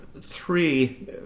three